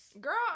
Girl